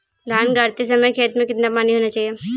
धान गाड़ते समय खेत में कितना पानी होना चाहिए?